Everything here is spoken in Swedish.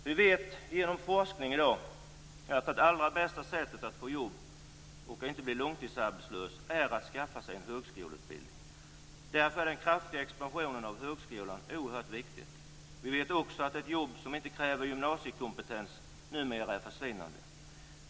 Vi vet genom forskning i dag att det allra bästa sättet att få jobb och inte bli långtidsarbetslös är att skaffa sig en högskoleutbildning. Därför är den kraftiga expansionen av högskolan oerhört viktig. Vi vet också att de jobb som inte kräver gymnasiekompetens numera är försvinnande få.